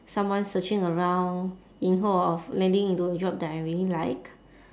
someone searching around in hope of landing into a job that I really like